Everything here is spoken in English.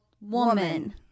Woman